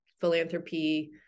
philanthropy